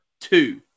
two